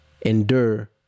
endure